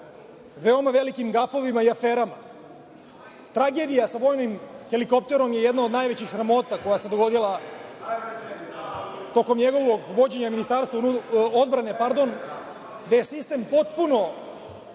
veoma velikim gafovima i aferama? Tragedija sa vojnim helikopterom je jedna od najvećih sramota koja se dogodila tokom njegovog vođenja Ministarstva odbrane, gde je sistem potpuno,